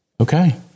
Okay